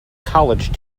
college